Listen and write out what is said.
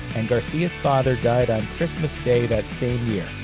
and garcia's father died on christmas day that same year.